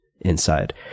inside